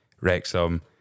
Wrexham